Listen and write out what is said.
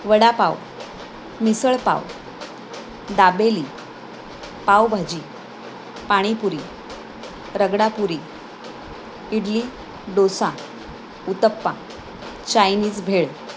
vada pav misal pav dabeli pav bhaji pani puri ragda puri idli dosa uttapam Chinese भेळ